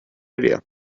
idea